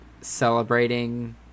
celebrating